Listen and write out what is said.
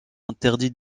interdit